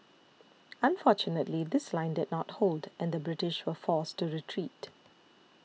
unfortunately this line did not hold and the British were forced to retreat